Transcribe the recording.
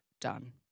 done